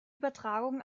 übertragung